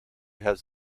has